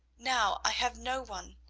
now i have no one.